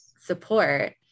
support